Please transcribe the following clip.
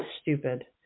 stupid